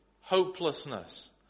hopelessness